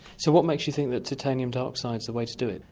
so what makes you think that titanium dioxide is the way to do it?